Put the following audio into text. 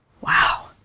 Wow